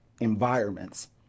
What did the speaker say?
environments